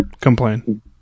complain